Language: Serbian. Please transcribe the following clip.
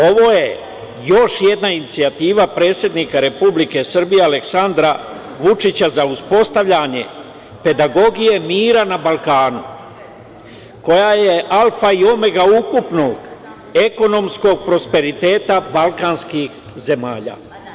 Ovo je još jedna inicijativa predsednika Republike Srbije, Aleksandra Vučića, za uspostavljanje pedagogije mira na Balkanu koja je alfa i omega ukupnog ekonomskog prosperiteta balkanskih zemalja.